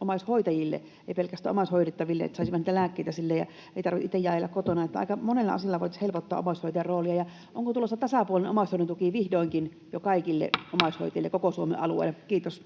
omaishoitajille eikä pelkästään omaishoidettaville, että saisivat niitä lääkkeitä ja ei tarvitsisi jaella niitä kotona? Aika monella asialla voitaisiin helpottaa omaishoitajan roolia. Onko tulossa tasapuolinen omaishoidon tuki vihdoinkin jo kaikille omaishoitajille koko Suomen alueelle? — Kiitos.